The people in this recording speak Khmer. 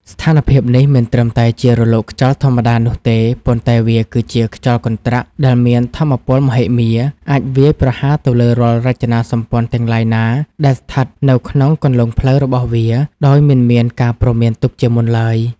ស្ថានភាពនេះមិនត្រឹមតែជារលកខ្យល់ធម្មតានោះទេ ប៉ុន្តែវាគឺជា ខ្យល់កន្ត្រាក់ ដែលមានថាមពលមហិមា អាចវាយប្រហារទៅលើរាល់រចនាសម្ព័ន្ធទាំងឡាយណាដែលស្ថិតនៅក្នុងគន្លងផ្លូវរបស់វា ដោយមិនមានការព្រមានទុកជាមុនឡើយ។